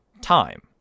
time